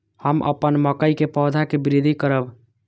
हम अपन मकई के पौधा के वृद्धि करब?